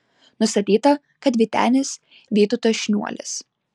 nustatyta kad vytenis vytautas šniuolis